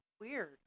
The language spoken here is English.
Weird